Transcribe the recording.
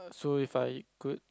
so If I could have